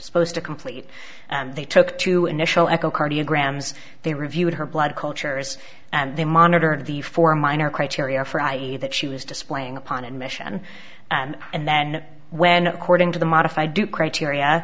supposed to complete and they took two initial echocardiograms they reviewed her blood cultures and they monitored the four minor criteria for id that she was displaying upon admission and and then when according to the modify do criteria